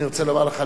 אני רוצה לומר לך,